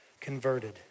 converted